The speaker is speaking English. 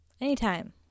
Anytime